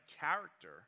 character